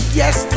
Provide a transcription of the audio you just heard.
yes